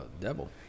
devil